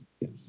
yes